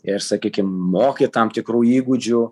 ir sakykim mokyt tam tikrų įgūdžių